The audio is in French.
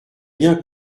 bien